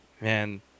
Man